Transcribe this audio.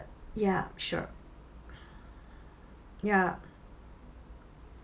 ya sure ya